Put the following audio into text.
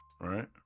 right